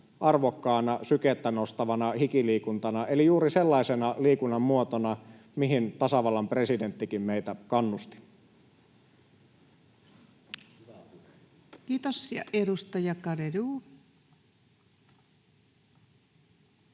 arvokkaana, sykettä nostavana hikiliikuntana eli juuri sellaisena liikunnan muotona, mihin tasavallan presidenttikin meitä kannusti. [Mikko Polvinen: